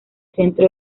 centro